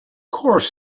course